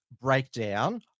breakdown